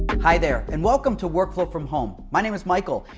hi there, and welcome to workflow from home. my name is michael,